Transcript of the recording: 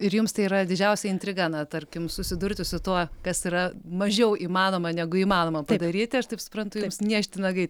ir jums tai yra didžiausia intriga na tarkim susidurti su tuo kas yra mažiau įmanoma negu įmanoma padaryti aš taip suprantu jums niežti nagai